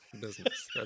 business